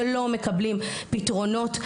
שלא מקבלים פתרונות.